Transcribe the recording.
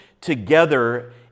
together